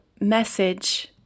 message